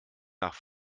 nach